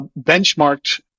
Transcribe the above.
benchmarked